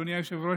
אדוני היושב-ראש,